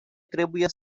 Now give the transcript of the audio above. trebuie